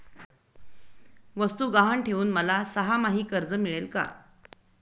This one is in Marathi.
वस्तू गहाण ठेवून मला सहामाही कर्ज मिळेल का?